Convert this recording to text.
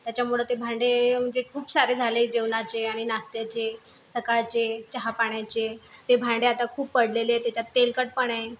त्याच्यामुळे ते भांडे म्हणजे खूप सारे झाले जेवणाचे आणि नाष्ट्याचे सकाळचे चहापाण्याचे ते भांडे आता खूप पडलेलेत त्याच्यात तेलकटपण आहे